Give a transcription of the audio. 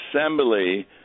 assembly